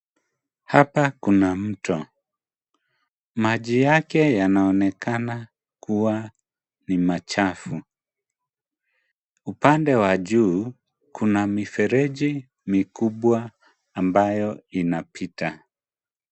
Hapa Kuna mto maji yake yanaonekana kuwa machafu upande wajuu kuna mifereji mikubwa ambayo inapita.